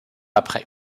après